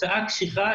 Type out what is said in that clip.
הוצאה קשיחה.